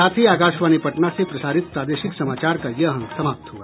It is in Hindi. इसके साथ ही आकाशवाणी पटना से प्रसारित प्रादेशिक समाचार का ये अंक समाप्त हुआ